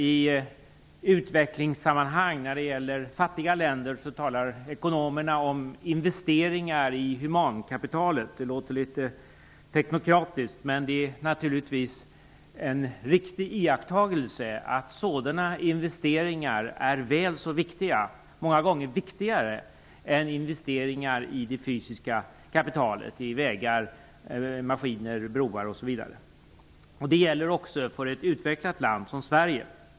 I utvecklingssammanhang talar ekonomerna när det gäller fattiga länder om investeringar i humankapitalet. Det låter litet teknokratiskt, men det är naturligtvis en riktig iakttagelse att sådana investeringar är väl så viktiga - många gånger viktigare - än investeringar i det fysiska kapitalet, dvs. i vägar, maskiner, broar osv. Det gäller också för ett utvecklat land som Sverige.